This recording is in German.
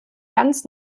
ganz